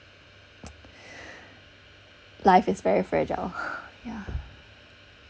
life is very fragile yeah